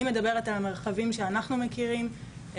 אני מדברת על המרחבים שאנחנו מכירים.